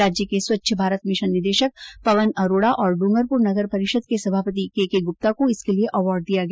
राज्य के स्वच्छ भारत मिशन निदेशक पवन अरोडा और डूंगरपुर नगरपरिषद के सभापति केके गुप्ता को इसके लिए अवार्ड दिया गया